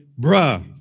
bruh